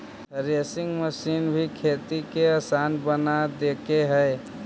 threshing machine भी खेती के आसान बना देके हइ